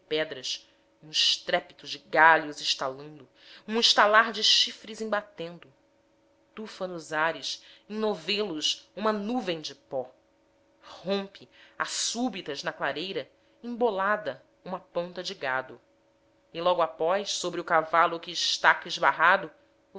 pedras um estrépito de galhos estalando um estalar de chifres embatendo tufa nos ares em novelos uma nuvem de pó rompe a súbitas na clareira embolada uma ponta de gado e logo após sobre o cavalo que estava esbarrado